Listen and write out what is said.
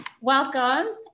welcome